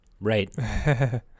Right